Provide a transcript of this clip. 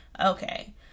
okay